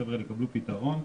שהחבר'ה האלה יקבלו פתרון.